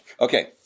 Okay